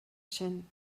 sin